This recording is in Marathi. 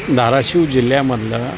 धाराशिव जिल्ह्यामधलं